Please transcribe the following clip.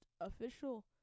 official